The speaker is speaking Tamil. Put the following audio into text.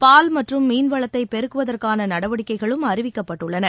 பால் மற்றும் மீன்வளத்தை பெருக்குவதற்கான நடவடிக்கைகளும் அறிவிக்கப்பட்டுள்ளன